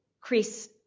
Chris